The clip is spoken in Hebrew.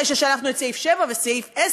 אחרי ששלפנו את סעיף 7 וסעיף 10,